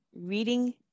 reading